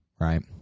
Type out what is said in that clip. right